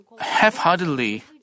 half-heartedly